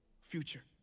future